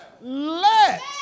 Let